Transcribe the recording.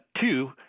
two